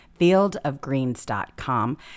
fieldofgreens.com